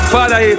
Father